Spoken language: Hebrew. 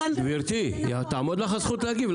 גברתי, תעמוד לך הזכות להגיב.